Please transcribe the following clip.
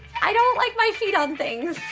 i don't like my feet on things.